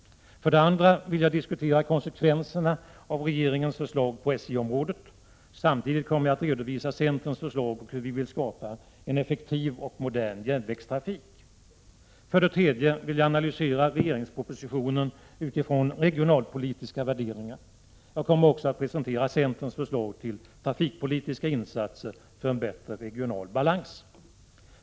För det andra vill jag diskutera konsekvenserna av regeringens förslag på SJ-området. Samtidigt kommer jag att redovisa centerns förslag till hur vi vill skapa en effektiv och modern järnvägstrafik. För det tredje vill jag analysera regeringspropositionen utifrån regionalpolitiska värderingar. Jag kommer också att presentera centerns förslag till trafikpolitiska insatser för en bättre regional balans.